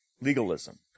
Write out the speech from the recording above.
legalism